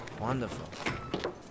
Wonderful